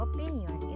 Opinion